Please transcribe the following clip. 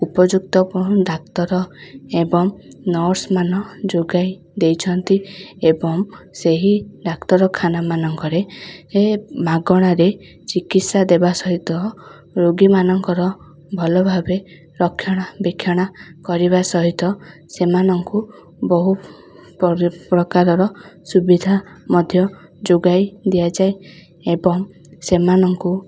ଉପଯୁକ୍ତ ଏବଂ ଡାକ୍ତର ଏବଂ ନର୍ସମାନ ଯୋଗାଇ ଦେଇଛନ୍ତି ଏବଂ ସେହି ଡାକ୍ତରଖାନାମାନଙ୍କରେ ଏ ମାଗଣାରେ ଚିକିତ୍ସା ଦେବା ସହିତ ରୋଗୀମାନଙ୍କର ଭଲଭାବେ ରକ୍ଷଣାବେକ୍ଷଣ କରିବା ସହିତ ସେମାନଙ୍କୁ ବହୁ ପ୍ରକାରର ସୁବିଧା ମଧ୍ୟ ଯୋଗାଇ ଦିଆଯାଏ ଏବଂ ସେମାନଙ୍କୁ